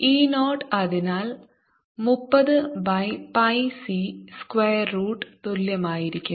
e 0 അതിനാൽ മുപ്പത് by pi c square root തുല്യമായിരിക്കും